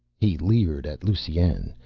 he leered at lusine,